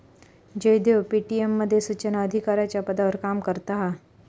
Jaydev Paytm मध्ये सुचना अधिकाराच्या पदावर काम करता हा